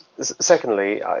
secondly